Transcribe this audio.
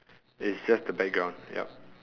it's just the background yup